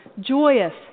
joyous